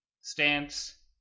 stance